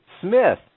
Smith